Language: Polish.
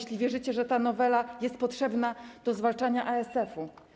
jeśli wierzycie, że ta nowela jest potrzebna do zwalczania ASF.